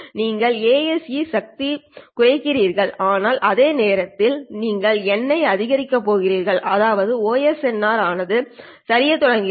நீங்கள் ASE சக்தி குறைக்கிறீர்கள் ஆனால் அதே நேரத்தில் நீங்கள் N ஐ அதிகரிக்கப் போகிறீர்கள் அதாவது OSNR ஆனது சரிய தொடங்குகிறது